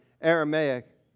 Aramaic